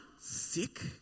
sick